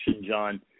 John